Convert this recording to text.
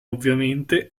ovviamente